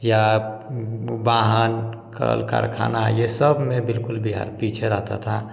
या वाहन कल कारख़ाना ये सब में बिल्कुल बिहार पीछे रहता था